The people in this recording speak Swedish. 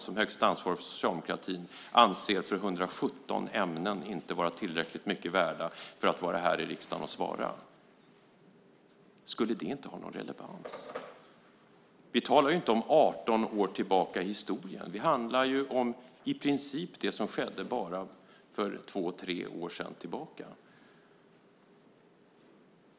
Som högst ansvarig för socialdemokratin ansåg Göran Persson att 117 ämnen inte var tillräckligt mycket värda för att han skulle vara här i riksdagen och debattera dem. Skulle det inte ha någon relevans? Vi talar inte om 18 år tillbaka i historien. Det handlar i princip om det som skedde för bara två tre år sedan.